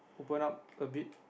open up a bit